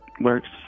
works